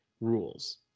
rules